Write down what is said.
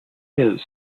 his